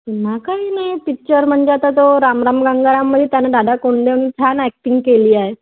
पुन्हा काही नाही पिच्चर म्हणजे आता तो रामराम गंगाराममध्ये त्याने दादा कोंडदेवने छान ॲक्टिंग केली आहे